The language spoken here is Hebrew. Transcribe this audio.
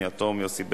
שי חרמש,